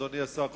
אדוני השר,